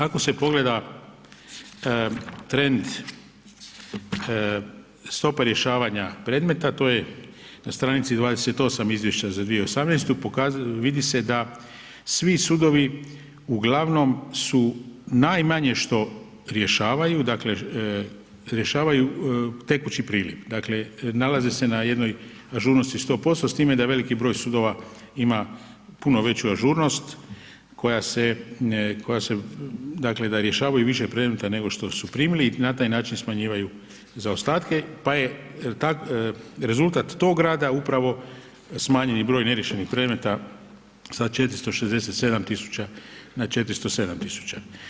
Ako se pogleda trend stope rješavanja predmeta, to je na str. 28 izvješća za 2018., vidi se da svi sudovi uglavnom su najmanje što rješavaju, dakle rješavaju tekući priljev, dakle nalaze se na jednom ažurnosti 100% s time da veliki broj sudova ima puno veću ažurnost koja se dakle da rješavaju više predmeta nego što su primili i na taj način smanjivaju zaostatke pa je rezultat tog rada upravo smanjeni broj neriješenih predmeta sa 467 000 na 407 000.